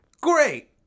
Great